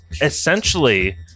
essentially